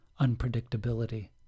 unpredictability